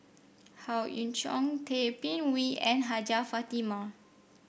Howe Yoon Chong Tay Bin Wee and Hajjah Fatimah